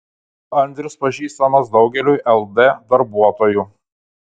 andrius pažįstamas daugeliui ld darbuotojų